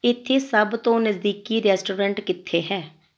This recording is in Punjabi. ਇੱਥੇ ਸਭ ਤੋਂ ਨਜ਼ਦੀਕੀ ਰੈਸਟੋਰੈਂਟ ਕਿੱਥੇ ਹੈ